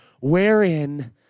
wherein